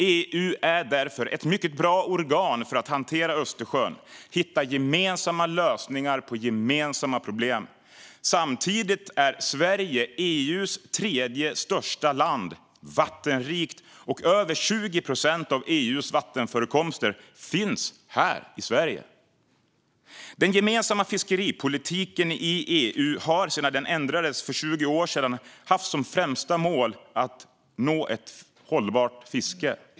EU är därför ett mycket bra organ för att hantera Östersjön och hitta gemensamma lösningar på gemensamma problem. Samtidigt är Sverige, EU:s tredje största land, vattenrikt. Över 20 procent av EU:s vattenförekomster finns här i Sverige. Den gemensamma fiskeripolitiken i EU har, sedan den ändrades för 20 år sedan, haft som främsta mål att nå ett hållbart fiske.